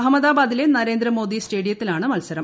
അഹമ്മദാബാദിലെ നരേന്ദ്ര മോദി സ്റ്റേഡിയത്തിലാണ് മത്സരം